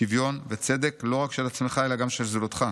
שוויון וצדק, לא רק של עצמך אלא גם של זולתך,